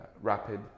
rapid